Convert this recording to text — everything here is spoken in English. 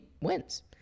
wins